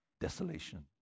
desolation